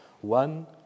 one